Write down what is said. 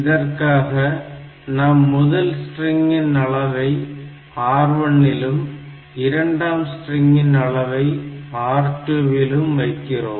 இதற்காக நாம் முதல் ஸ்ட்ரிங்கின் அளவை R1 இலும் இரண்டாம் ஸ்ட்ரிங்கின் அளவை R2 இலும் வைக்கிறோம்